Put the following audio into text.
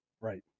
Right